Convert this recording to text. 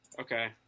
Okay